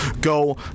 go